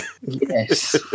Yes